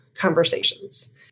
conversations